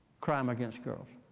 crime against girls.